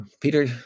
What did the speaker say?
Peter